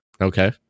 Okay